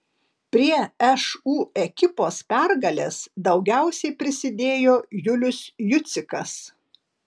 prie šu ekipos pergalės daugiausiai prisidėjo julius jucikas